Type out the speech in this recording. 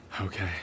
Okay